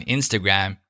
Instagram